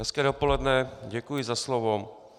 Hezké dopoledne, děkuji za slovo.